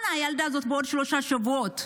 בעוד שלושה שבועות,